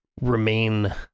remain